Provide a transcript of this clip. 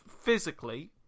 Physically